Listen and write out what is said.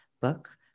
book